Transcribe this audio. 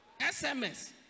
SMS